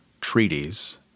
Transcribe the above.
treaties